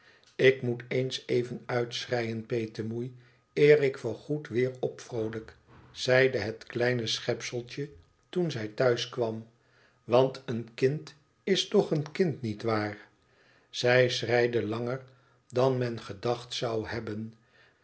ik moet eens even uitschreien petemoei eer ik voorgoed weer opvroolijk zeide het kleine schepseltje toen zij thuis kwam want een kind is toch een kind niet waar zij schreide langer dan men gedacht zou hebben